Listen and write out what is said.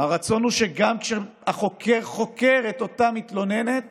הרצון הוא שגם כשהחוקר חוקר את אותה מתלוננת